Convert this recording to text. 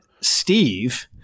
Steve